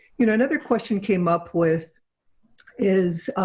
you know another question came up with is